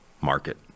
market